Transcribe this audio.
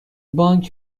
بانک